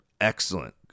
excellent